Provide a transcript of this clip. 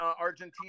Argentina